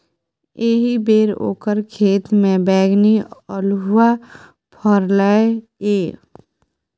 एहिबेर ओकर खेतमे बैगनी अल्हुआ फरलै ये